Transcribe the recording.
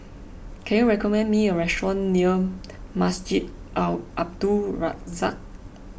can you recommend me a restaurant near Masjid Al Abdul Razak